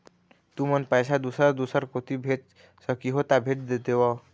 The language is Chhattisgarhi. तुमन पैसा दूसर दूसर कोती भेज सखीहो ता भेज देवव?